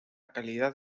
calidad